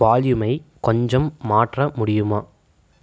வால்யூமை கொஞ்சம் மாற்ற முடியுமா